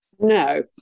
No